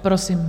Prosím.